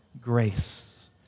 grace